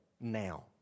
now